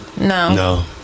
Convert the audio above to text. No